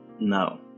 No